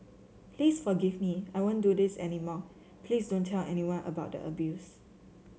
please forgive me I won't do this any more please don't tell anyone about the abuse